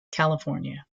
california